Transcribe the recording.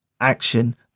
action